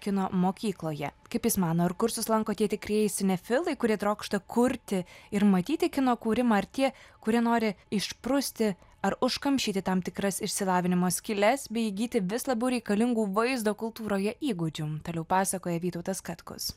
kino mokykloje kaip jis mano ar kursus lanko tie tikrieji sinefilai kurie trokšta kurti ir matyti kino kūrimą ar tie kurie nori išprusti ar užkamšyti tam tikras išsilavinimo skyles bei įgyti vis labiau reikalingų vaizdo kultūroje įgūdžių toliau pasakoja vytautas katkus